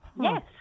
Yes